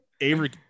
Avery